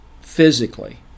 physically